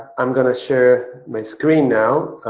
i'm going to share my screen now.